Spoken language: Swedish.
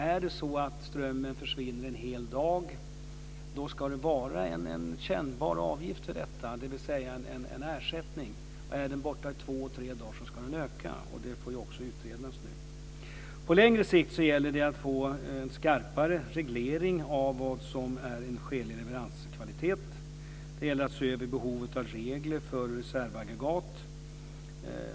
Är det så att strömmen försvinner en hel dag ska det vara en kännbar avgift för detta, dvs. en ersättning. Är den borta två eller tre dagar ska den öka. Detta får också utredas. På längre sikt gäller det att få en skarpare reglering av vad som är en skälig leveranskvalitet. Det gäller att se över behovet av regler för reservaggregat.